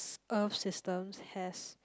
earth systems has